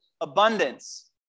abundance